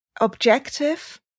objective